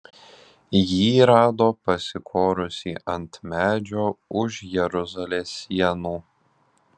jį rado pasikorusį ant medžio už jeruzalės sienų